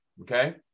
okay